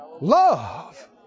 Love